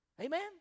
Amen